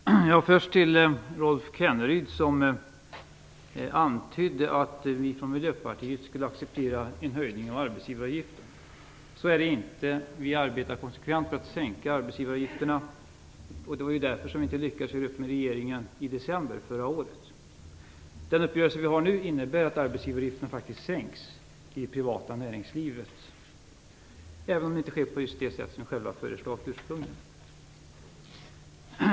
Fru talman! Först några ord till Rolf Kenneryd, som antydde att vi från Miljöpartiet skulle acceptera en höjning av arbetsgivaravgifterna. Så är det inte. Vi arbetar konsekvent för att sänka arbetsgivaravgifterna, och det var därför som vi inte lyckades göra upp med regeringen i december förra året. Den uppgörelse som vi nu har innebär faktiskt att arbetsgivaravgifterna sänks i det privata näringslivet, även om det inte sker på det sätt som vi ursprungligen föreslagit.